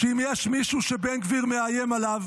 שאם יש מישהו שבן גביר מאיים עליו,